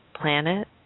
planet